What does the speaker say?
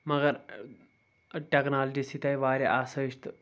مگر ٹٮ۪کنالجی سۭتۍ آے واریاہ آسٲیِش تہٕ